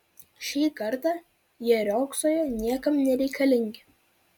šį kartą jie riogsojo niekam nereikalingi